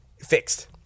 Fixed